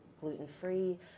gluten-free